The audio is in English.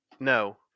No